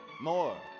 more